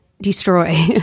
destroy